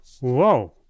Whoa